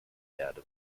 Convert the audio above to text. erde